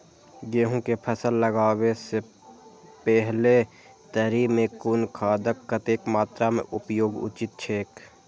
गेहूं के फसल लगाबे से पेहले तरी में कुन खादक कतेक मात्रा में उपयोग उचित छेक?